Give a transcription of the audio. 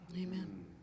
Amen